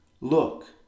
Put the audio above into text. Look